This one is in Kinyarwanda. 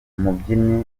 umubyinnyi